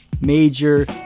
major